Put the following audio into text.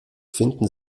finden